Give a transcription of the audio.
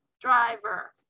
driver